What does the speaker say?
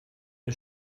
wir